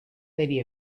lady